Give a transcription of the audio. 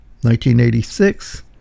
1986